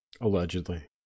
Allegedly